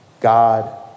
God